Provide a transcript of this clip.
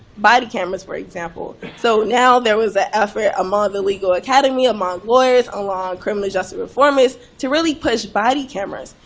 body cameras, for example. so now there was an effort among the legal academy, among lawyers, among law and criminal justice reformists, to really push body cameras.